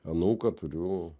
anūką turiu